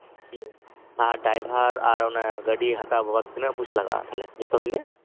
ᱦᱮᱸ ᱟᱨ ᱰᱟᱭᱵᱷᱟᱨ ᱟᱨ ᱚᱱᱮ ᱜᱟᱰᱤ ᱦᱟᱛᱟᱣ ᱵᱟᱵᱚᱛ ᱛᱤᱱᱟᱹᱜ ᱯᱚᱭᱥᱟ ᱞᱟᱜᱟᱜᱼᱟ ᱛᱟᱦᱞᱮ ᱡᱚᱛᱚ ᱢᱤᱞᱮ